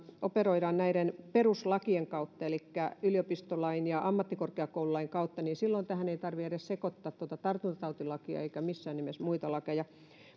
nimenomaan näiden peruslakien kautta elikkä yliopistolain ja ammattikorkeakoululain kautta niin silloin tähän ei tarvitse edes sekoittaa tartuntatautilakia eikä missään nimessä muita lakeja